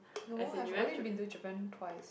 no have only been to Japan twice